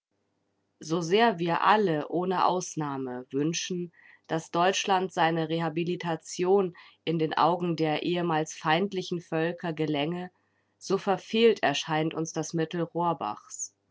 so sehr wir alle ohne ausnahme wünschen daß deutschland seine rehabilitation in den augen der ehemals feindlichen völker gelänge so verfehlt erscheint uns das mittel rohrbachs